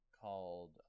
called